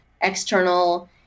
external